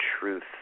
truth